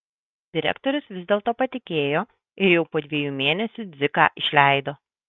direktorius vis dėl to patikėjo ir jau po dviejų mėnesių dziką išleido